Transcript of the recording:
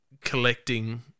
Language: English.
collecting